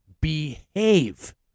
behave